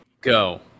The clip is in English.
go